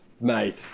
mate